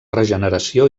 regeneració